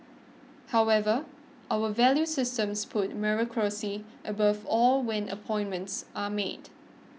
however our value systems puts meritocracy above all when appointments are made